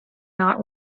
not